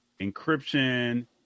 encryption